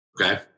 Okay